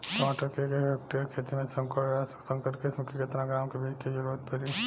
टमाटर के एक हेक्टेयर के खेती में संकुल आ संकर किश्म के केतना ग्राम के बीज के जरूरत पड़ी?